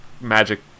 magic